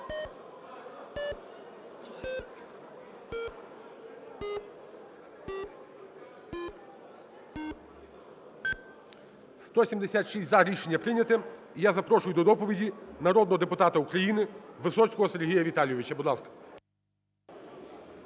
За-176 Рішення прийняте. І я запрошую до доповіді народного депутата України Висоцького Сергія Віталійовича. Будь ласка.